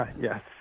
Yes